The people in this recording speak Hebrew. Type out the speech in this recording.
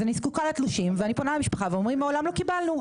אז אני זקוקה לתלושים ואני פונה למשפחה ואומרים מעולם לא קיבלנו.